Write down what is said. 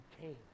came